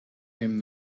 him